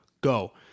go